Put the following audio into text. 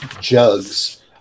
jugs